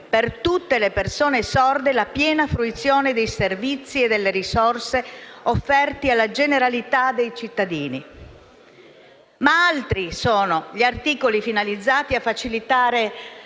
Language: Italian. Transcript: per tutte le persone sorde la piena fruizione dei servizi e delle risorse offerti alla generalità dei cittadini. Altri sono però gli articoli finalizzati a facilitare